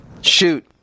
Shoot